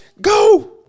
go